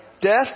Death